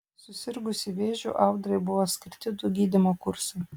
susirgusi vėžiu audrai buvo skirti du gydymo kursai